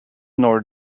nor